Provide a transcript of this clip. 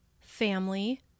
family